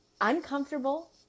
uncomfortable